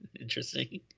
Interesting